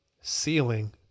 ceiling